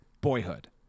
Boyhood